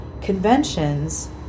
conventions